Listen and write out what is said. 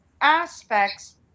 aspects